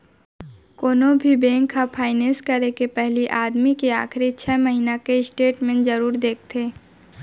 कोनो भी बेंक ह फायनेंस करे के पहिली आदमी के आखरी छै महिना के स्टेट मेंट जरूर देखथे